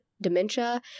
dementia